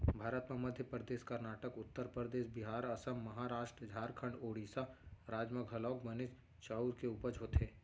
भारत म मध्य परदेस, करनाटक, उत्तर परदेस, बिहार, असम, महारास्ट, झारखंड, ओड़ीसा राज म घलौक बनेच चाँउर के उपज होथे